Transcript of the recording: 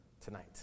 tonight